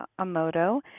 Amoto